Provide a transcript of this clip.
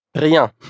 Rien